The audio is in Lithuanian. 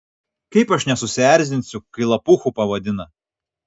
kaip aš nesusierzinsiu kai lapuchu pavadina